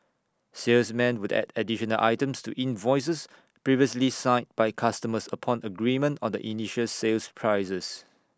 salesmen would add additional items to invoices previously signed by customers upon agreement on the initial sales prices